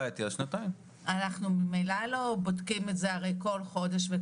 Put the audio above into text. אנחנו ממילא לא בודקים את זה בכל חודש.